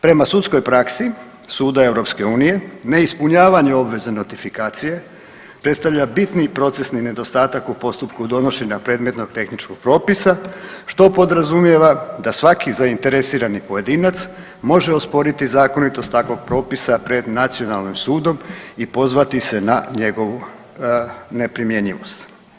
Prema sudskoj praski suda EU, ne ispunjavanje obveze notifikacije predstavlja bitni procesni nedostatak u postupku donošenja predmetnog tehničkog propisa, što podrazumijeva da svaki zainteresirani pojedinac može osporiti zakonitost takvog propisa pred nacionalnim sudom i pozvati se na njegovu neprimjenjivost.